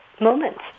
moments